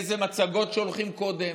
איזה מצגות שולחים קודם.